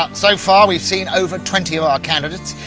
ah so far, we've seen over twenty of our candidates,